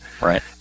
Right